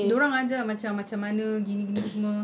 dia orang ajar macam macam mana gini gini semua